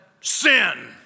Sin